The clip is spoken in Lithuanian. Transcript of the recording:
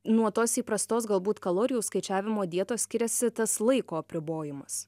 nuo tos įprastos galbūt kalorijų skaičiavimo dietos skiriasi tas laiko apribojimas